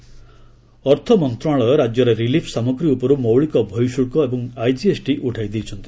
ଅର୍ଥମନ୍ତ୍ରଣାଳୟ ରାଜ୍ୟରେ ରିଲିଫ ସାମଗ୍ରୀ ଉପର୍ ମୌଳିକ ବର୍ହଶ୍ରଳ୍କ ଏବଂ ଆଇଜିଏସ୍ଟି ଉଠାଇ ଦେଇଛନ୍ତି